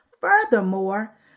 Furthermore